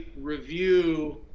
review